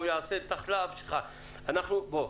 בוא,